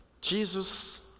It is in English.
Jesus